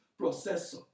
processor